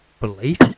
belief